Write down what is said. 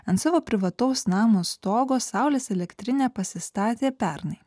ant savo privataus namo stogo saulės elektrinę pasistatė pernai